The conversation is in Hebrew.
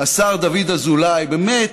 השר דוד אזולאי, באמת,